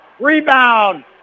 Rebound